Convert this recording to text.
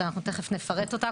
שאנחנו תכף נפרט אותה.